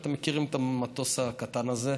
אתם מכירים את המטוס הקטן הזה.